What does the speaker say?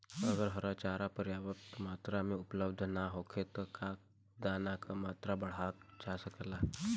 अगर हरा चारा पर्याप्त मात्रा में उपलब्ध ना होखे त का दाना क मात्रा बढ़ावल जा सकेला?